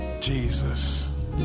jesus